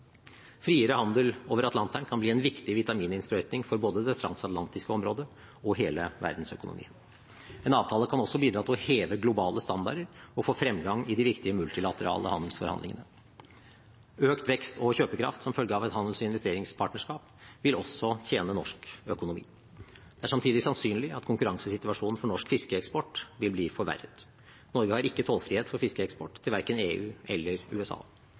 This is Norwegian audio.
Friere handel over Atlanteren kan bli en viktig vitamininnsprøytning for både det transatlantiske området og hele verdensøkonomien. En avtale kan også bidra til å heve globale standarder og få fremgang i de viktige multilaterale handelsforhandlingene. Økt vekst og kjøpekraft som følge av et handels- og investeringspartnerskap vil også tjene norsk økonomi. Det er samtidig sannsynlig at konkurransesituasjonen for norsk fiskeeksport vil bli forverret. Norge har ikke tollfrihet for fiskeeksport til verken EU eller USA.